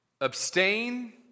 Abstain